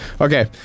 okay